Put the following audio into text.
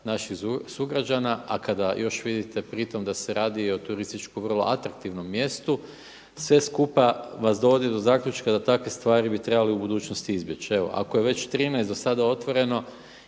naših sugrađana. A kada još vidite pri tome da se radi i o turistički vrlo atraktivnom mjestu sve skupa vas dovodi do zaključka da takve stvari bi trebalo u budućnosti izbjeći. Evo, ako je već 13 do sada otvoreno